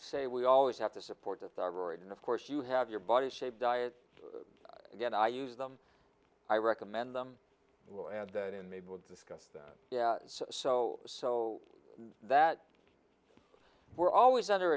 say we always have to support the thyroid and of course you have your body shape diets again i use them i recommend them we'll add that in the book discuss that yeah so so that we're always under